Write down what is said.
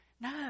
No